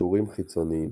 קישורים חיצוניים